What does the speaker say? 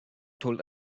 told